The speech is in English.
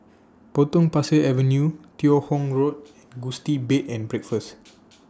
Potong Pasir Avenue Teo Hong Road and Gusti Bed and Breakfast